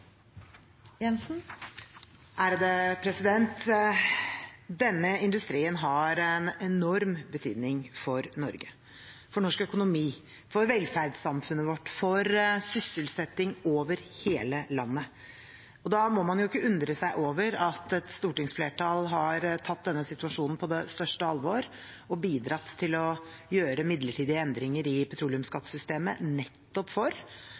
Denne industrien har en enorm betydning for Norge, norsk økonomi, velferdssamfunnet vårt og sysselsetting over hele landet. Da må man ikke undre seg over at et stortingsflertall har tatt denne situasjonen på det største alvor og bidratt til å gjøre midlertidige endringer i petroleumsskattesystemet nettopp for